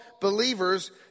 believers